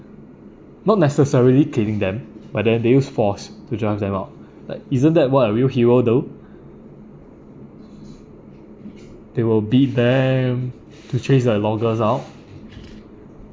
not necessarily killing them but then they use force to drive them out like isn't that what are real hero though they will beat them to chase the loggers out